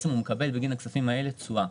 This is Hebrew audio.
הוא מקבל בגין הכספים האלה תשואה.